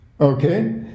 Okay